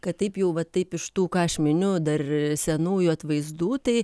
kad taip jau va taip iš tų ką aš miniu dar senųjų atvaizdų tai